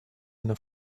eine